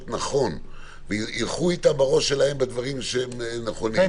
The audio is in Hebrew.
נכון וילכו אתם בראש שלהם בדברים שהם נכונים,